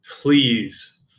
please